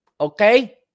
Okay